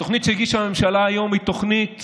התוכנית שהגישה הממשלה היום היא תוכנית